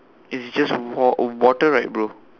it's just wa~ water right bro